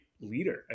leader